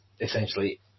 essentially